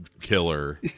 Killer